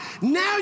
Now